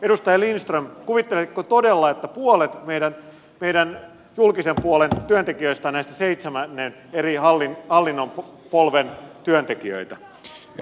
edustaja lindström kuvitteletteko todella että puolet meidän julkisen puolen työntekijöistä on näitä seitsemän eri hallintoportaan työntekijöitä